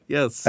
Yes